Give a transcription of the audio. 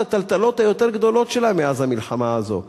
הטלטלות היותר-גדולות שלה מאז המלחמה הזאת,